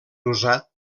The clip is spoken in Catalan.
usat